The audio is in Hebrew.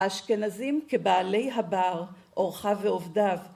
‫אשכנזים כבעלי הבר, אורחיו ועובדיו,